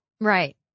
Right